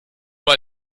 mal